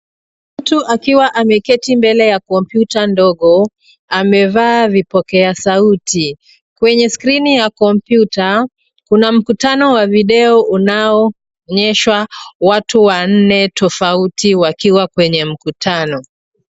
Mtu akiwa ameketi mbele ya kompyuta ndogo, amevaa vipokea sauti. Kwenye skrini ya kompyuta, kuna mkutano wa video unaoonyeshwa watu wanne tofauti wakiwa kwenye mkutano.